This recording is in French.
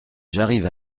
j’arrive